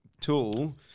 tool